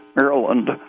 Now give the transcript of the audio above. Maryland